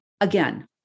Again